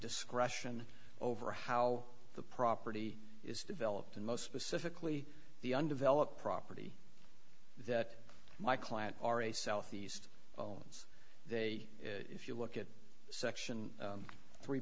discretion over how the property is developed and most specifically the undeveloped property that my client are a southeast bones they if you look at section three